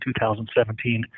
2017